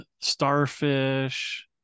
starfish